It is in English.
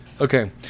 Okay